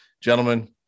gentlemen